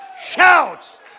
shouts